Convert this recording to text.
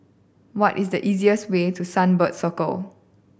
what is the easiest way to Sunbird Circle